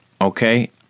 okay